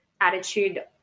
attitude